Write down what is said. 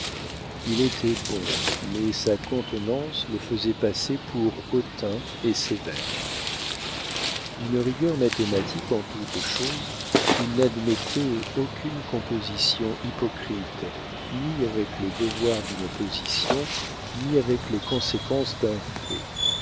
il était bon mais sa contenance le faisait passer pour hautain et sévère d'une rigueur mathématique en toute chose il n'admettait aucune composition hypocrite ni avec les devoirs d'une position ni avec les conséquences d'un fait